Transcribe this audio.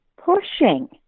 pushing